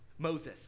Moses